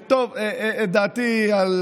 כמדומני שראיתי פה